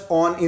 on